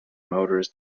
motors